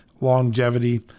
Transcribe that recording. longevity